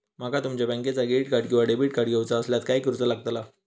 माका तुमच्या बँकेचा क्रेडिट कार्ड किंवा डेबिट कार्ड घेऊचा असल्यास काय करूचा लागताला?